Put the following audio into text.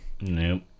Nope